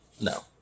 no